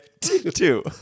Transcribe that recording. Two